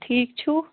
ٹھیٖک چھُو